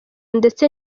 ndetse